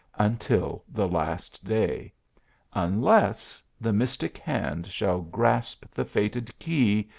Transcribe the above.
until the last day unless the mystic hand shall grasp the fated key,